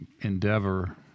endeavor